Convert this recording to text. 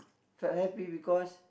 felt happy because